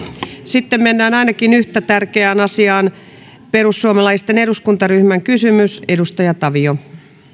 sitten mennään ainakin yhtä tärkeään asiaan perussuomalaisten eduskuntaryhmän kysymys edustaja tavio